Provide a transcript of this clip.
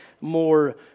more